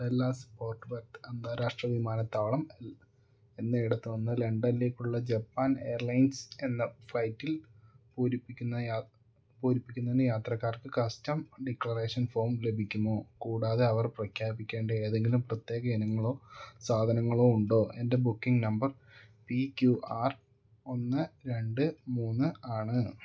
Dallas Fort Worth അന്താരാഷ്ട്ര വിമാനത്താവളം എന്ന ഇടത്തുനിന്ന് ലണ്ടനിലേക്കുള്ള ജപ്പാൻ എയർലൈൻസ് എന്ന ഫ്ളൈറ്റിൽ പൂരിപ്പിക്കുന്നതിന് യാത്രക്കാർക്ക് കസ്റ്റംസ് ഡിക്ലറേഷൻ ഫോം ലഭിക്കുമോ കൂടാതെ അവർ പ്രഖ്യാപിക്കേണ്ട ഏതെങ്കിലും പ്രത്യേക ഇനങ്ങളോ സാധനങ്ങളോ ഉണ്ടോ എൻ്റെ booking number P Q R ഒന്ന് രണ്ട് മൂന്ന് ആണ്